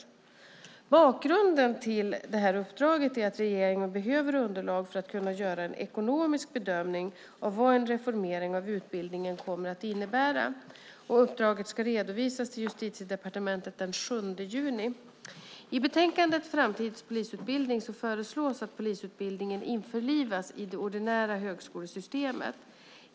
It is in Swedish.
Bakgrunden till uppdraget är att regeringen behöver underlag för att kunna göra en ekonomisk bedömning av vad en reformering av utbildningen kommer att innebära. Uppdraget ska redovisas till Justitiedepartementet den 7 juni. I betänkandet Framtidens polisutbildning föreslås att polisutbildningen införlivas i det ordinära högskolesystemet.